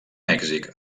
mèxic